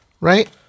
Right